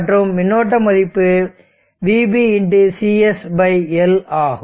மற்றும் மின்னோட்ட மதிப்பு vBxCSL ஆகும்